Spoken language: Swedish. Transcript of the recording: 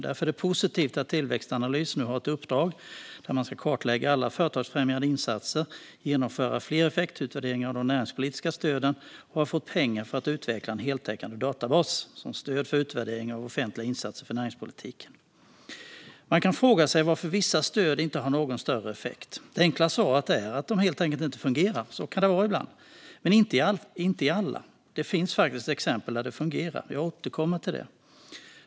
Därför är det positivt att Tillväxtanalys har fått i uppdrag att kartlägga alla företagsfrämjande insatser och genomföra fler effektutvärderingar av de näringspolitiska stöden. Man har också fått pengar för att utveckla en heltäckande databas som stöd för utvärdering av offentliga insatser för näringspolitiken. Man kan fråga sig varför vissa stöd inte har någon större effekt. Det enkla svaret är att de helt enkelt inte fungerar, och så kan det vara ibland. Men inte alltid, och det finns exempel där de fungerar. Jag återkommer till det.